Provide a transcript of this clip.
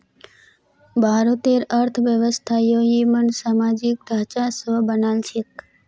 भारतेर अर्थव्यवस्था ययिंमन सामाजिक ढांचा स बनाल छेक